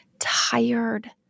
tired